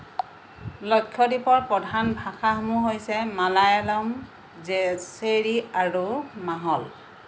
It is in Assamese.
লক্ষদ্বীপৰ প্ৰধান ভাষাসমূহ হৈছে মালায়ালম জেচেৰী আৰু মাহল